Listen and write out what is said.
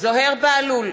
זוהיר בהלול,